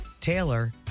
Taylor